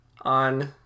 on